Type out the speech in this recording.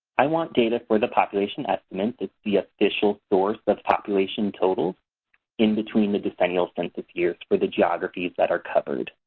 i want data for the population estimates. it's the official source of population totals in between the decennial census years for the geographies that are covered.